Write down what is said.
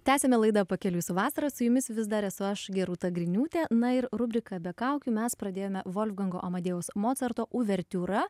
tęsiame laidą pakeliui su vasara su jumis vis dar esu aš gerūta griniūtė na ir rubriką be kaukių mes pradėjome volfgango amadėjaus mocarto uvertiūra